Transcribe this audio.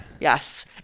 yes